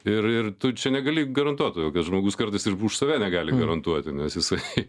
ir ir tu čia negali garantuot todėl kad žmogus kartais ir už save negali garantuoti nes jisai